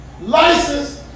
license